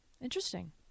Interesting